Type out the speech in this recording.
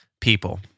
people